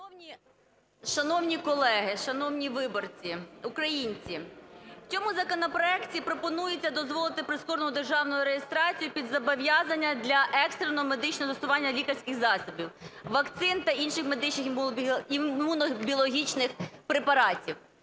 Шановні колеги, шановні виборці, українці! У цьому законопроекті пропонується дозволити прискорену державну реєстрацію під зобов'язання для екстреного медичного застосування лікарських засобів, вакцин та інших медичних імунобіологічних препаратів.